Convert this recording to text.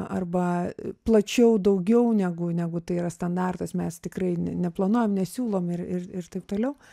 arba plačiau daugiau negu negu tai yra standartas mes tikrai neplanuojam nesiūlom ir ir ir taip toliau